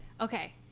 Okay